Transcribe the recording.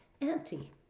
auntie